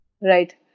Right